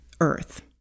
Earth